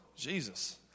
Jesus